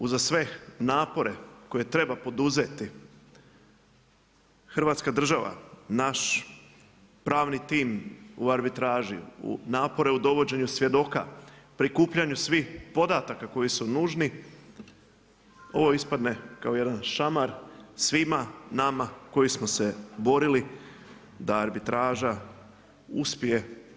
Uza sve napore koje treba poduzeti Hrvatska država, naš pravni tim u arbitraži, napore u dovođenju svjedoka, prikupljanju svih podataka koji su nužni ovo ispadne kao jedan šamar svima nama koji smo se borili da arbitraža uspije.